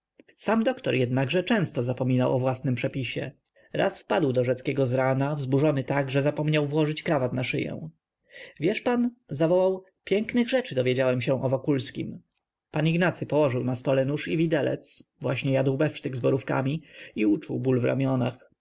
sam doktor jednakże często zapominał o własnym przepisie raz wpadł do rzeckiego zrana wzburzony tak że zapomniał włożyć krawata na szyję wiesz pan zawołał pięknych rzeczy dowiedziałem się o wokulskim pan ignacy położył na stole nóż i widelec właśnie jadł befsztyk z borówkami i uczuł ból w ramionach